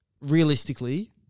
realistically